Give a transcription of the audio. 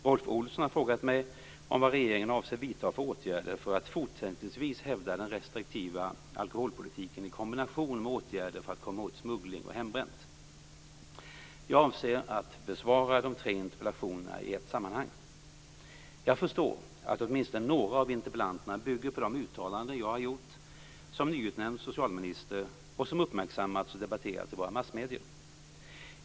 Rolf Olsson har frågat mig vilka åtgärder regeringen avser att vidta för att fortsättningsvis hävda den restriktiva alkoholpolitiken i kombination med åtgärder för att komma åt smuggling och hembränt. Jag avser att besvara de tre interpellationerna i ett sammanhang. Jag förstår att åtminstone några av interpellationerna bygger på de uttalanden jag har gjort som nyutnämnd socialminister och som uppmärksammats och debatterats i våra massmedier.